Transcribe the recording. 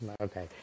Okay